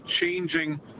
changing